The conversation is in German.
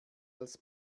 als